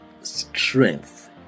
strength